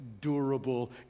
durable